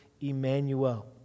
Emmanuel